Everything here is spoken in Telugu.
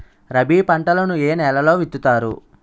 రబీ పంటలను ఏ నెలలో విత్తుతారు?